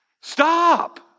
Stop